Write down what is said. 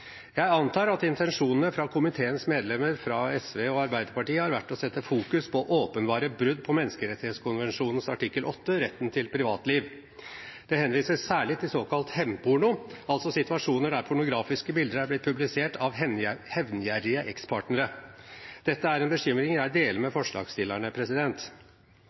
Jeg antar at intensjonene fra komiteens medlemmer fra SV og Arbeiderpartiet har vært å fokusere på åpenbare brudd på menneskerettighetskonvensjonens artikkel 8, retten til privatliv. Det henvises særlig til såkalt hevnporno, altså situasjoner der pornografiske bilder er blitt publisert av hevngjerrige ekspartnere. Dette er en bekymring jeg deler med forslagsstillerne.